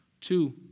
Two